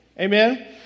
amen